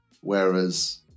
Whereas